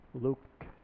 Luke